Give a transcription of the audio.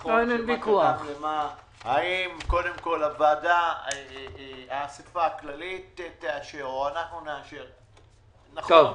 נכון ש --- האם קודם כל האסיפה הכללית תאשר או אנחנו נאשר -- מיקי,